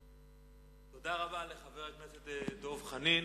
תודה רבה לחבר הכנסת דב חנין.